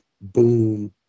boom